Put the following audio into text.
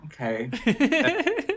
okay